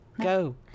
go